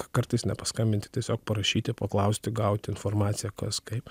kartais nepaskambinti tiesiog parašyti paklausti gauti informaciją kas kaip